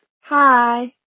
Hi